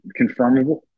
confirmable